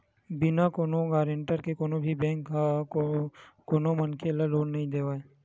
बिना कोनो गारेंटर के कोनो भी बेंक होवय कोनो मनखे ल लोन नइ देवय